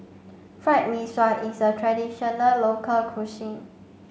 Fried Mee Sua is a traditional local cuisine